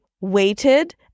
waited